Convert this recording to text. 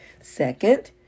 Second